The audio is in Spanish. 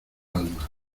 alma